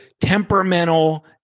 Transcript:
temperamental